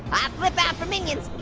i flip out for minions.